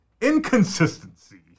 Inconsistency